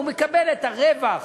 הוא מקבל את הרווח